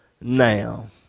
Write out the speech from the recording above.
now